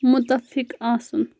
مُتَفِق آسُن